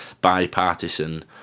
bipartisan